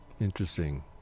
Interesting